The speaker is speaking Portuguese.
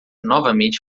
novamente